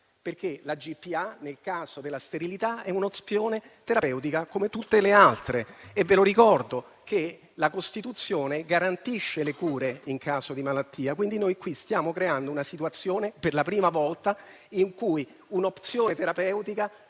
perché la GPA, nel caso della sterilità, è un'opzione terapeutica come tutte le altre e vi ricordo che la Costituzione garantisce le cure in caso di malattia. Quindi, noi qui stiamo creando una situazione per la prima volta in cui un'opzione terapeutica